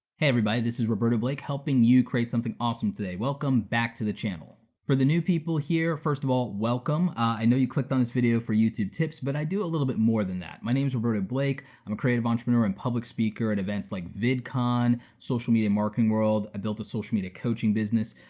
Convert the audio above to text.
everybody, this is roberto blake, helping you create something awesome today, welcome back to the channel. for the new people here, first of all welcome. i know you clicked on this video for youtube tips, but i do a little bit more than that. my name's roberto blake, i'm a creative entrepreneur and speaker at events like vidcon, social media marketing world, i built a social media coaching business.